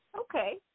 okay